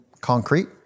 concrete